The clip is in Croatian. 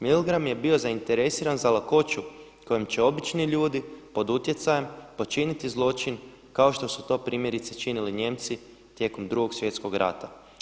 Milgram je bio zainteresiran za lakoću kojom će obični ljudi pod utjecajem počiniti zločin kao što su to primjerice činili Nijemci tijekom Drugog svjetskog rata.